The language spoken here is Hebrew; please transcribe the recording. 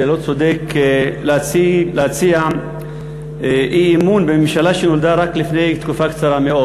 זה לא צודק להציע אי-אמון בממשלה שנולדה רק לפני תקופה קצרה מאוד,